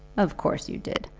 of course you did.